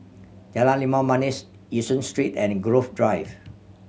Jalan Limau Manis Yishun Street and Grove Drive